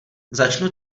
začnu